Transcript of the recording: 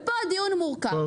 ופה הדיון מורכב.